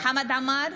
חמד עמאר,